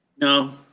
No